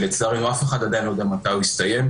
שלצערנו אף אחד עדיין לא יודע מתי יסתיים,